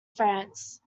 france